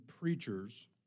preachers